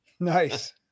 Nice